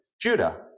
Judah